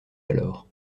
alors